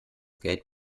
geld